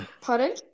Pardon